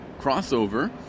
crossover